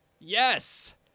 Yes